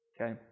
okay